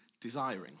desiring